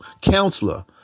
Counselor